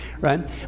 right